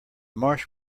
marsh